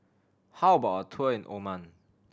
how about a tour in Oman